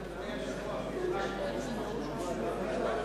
שוטרים והוראות שונות) (תיקון מס' 6),